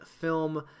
film